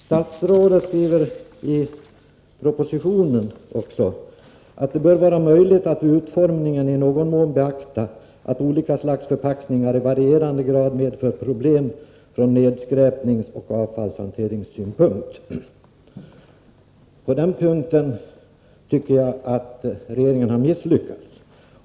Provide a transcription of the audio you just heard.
Statsrådet skriver också i propositionen att det bör vara möjligt att vid utformningen av avgiften i någon mån beakta att olika slags förpackningar i varierande grad medför problem ur nedskräpningsoch avfallshanteringssynpunkt. På den punkten tycker jag att regeringen har misslyckats.